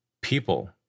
People